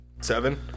Seven